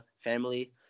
family